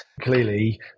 Clearly